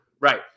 Right